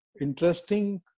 interesting